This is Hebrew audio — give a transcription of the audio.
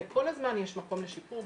כל הזמן יש מקום לשיפור,